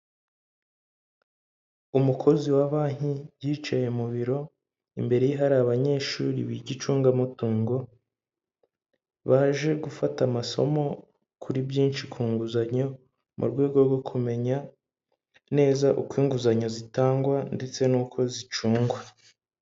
Umukozi wa banki yicaye mu biro, imbere ye hari abanyeshuri biga icungamutungo, baje gufata amasomo kuri byinshi ku nguzanyo, mu rwego rwo kumenya neza uko inguzanyo zitangwa ndetse n'uko zicungwa.